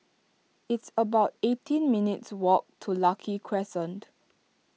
it's about eighteen minutes' walk to Lucky Crescent